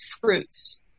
fruits